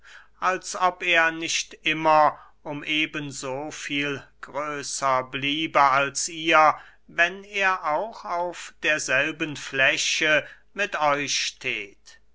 als ob er nicht immer um eben so viel größer bliebe als ihr wenn er auch auf derselben fläche mit euch steht